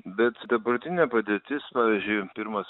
bet dabartinė padėtis pavyzdžiui pirmas